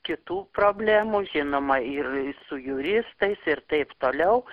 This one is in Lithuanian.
kitų problemų žinoma ir su juristais ir taip toliau